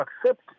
accept